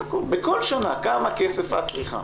בכל שנה, כמה כסף את צריכה?